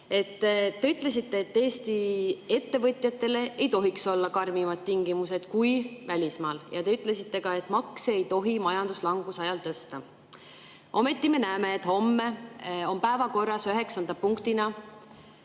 Te ütlesite, et Eesti ettevõtjatele ei tohiks olla karmimad tingimused kui välismaal. Ja te ütlesite ka, et makse ei tohi majanduslanguse ajal tõsta. Ometi me näeme, et homme on päevakorras üheksanda